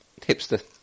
hipster